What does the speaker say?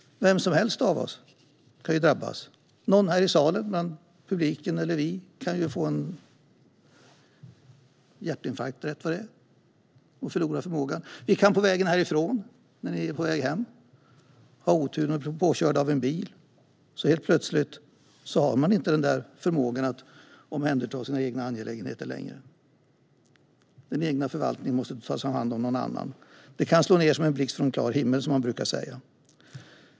Vem som helst av oss kan drabbas. Någon här i salen, bland publiken eller oss, kan rätt vad det är få en hjärtinfarkt och förlora förmågor. Vi kan på väg hem härifrån ha oturen att bli påkörda av en bil. Helt plötsligt har man inte längre den där förmågan att omhänderta sina egna angelägenheter. Den egna förvaltningen måste tas om hand av någon annan. Det kan slå ned som en blixt från klar himmel, som man brukar säga.